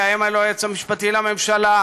לאיים על היועץ המשפטי לממשלה,